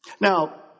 Now